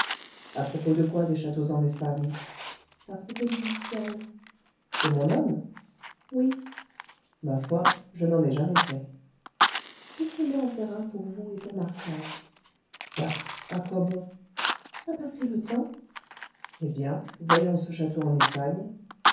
à propos de quoi des châteaux en espagne à propos de martial de mon homme oui ma foi je n'en ai jamais fait laissez-moi en faire un pour vous et pour martial bah à quoi bon à passer le temps eh bien voyons ce château en espagne